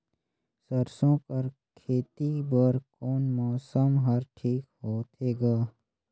सरसो कर खेती बर कोन मौसम हर ठीक होथे ग?